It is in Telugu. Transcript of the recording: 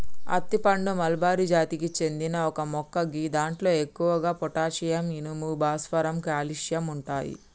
అత్తి పండు మల్బరి జాతికి చెందిన ఒక మొక్క గిదాంట్లో ఎక్కువగా పొటాషియం, ఇనుము, భాస్వరం, కాల్షియం ఉంటయి